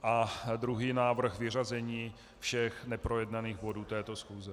A druhý návrh vyřazení všech neprojednaných bodů této schůze.